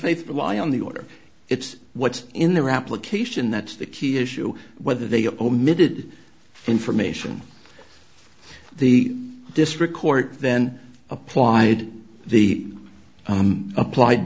faith to lie on the order it's what's in their application that's the key issue whether they omitted information the district court then applied the applied